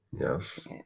Yes